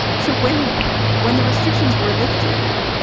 so when when the restrictions were lifted,